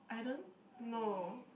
I don't know